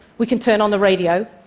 we can turn on the radio.